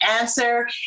answer